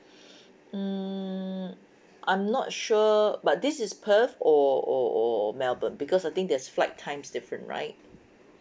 mm I'm not sure but this is perth or or or melbourne because I think there's flight times different right